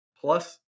plus